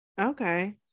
Okay